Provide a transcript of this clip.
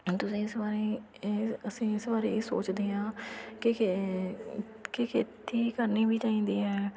ਤੁਸੀਂ ਇਸ ਵਾਰੀ ਇਸ ਅਸੀਂ ਇਸ ਵਾਰੀ ਇਹ ਸੋਚਦੇ ਹਾਂ ਕਿ ਖੇ ਕਿ ਖੇਤੀ ਕਰਨੀ ਵੀ ਚਾਹੀਦੀ ਹੈ